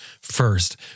first